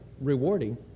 rewarding